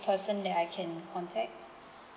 person that I can contact